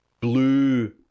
blue